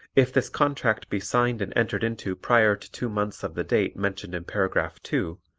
if this contract be signed and entered into prior to two months of the date mentioned in paragraph two,